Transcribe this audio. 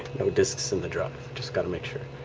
no disks in the drop. just got to make sure